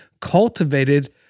cultivated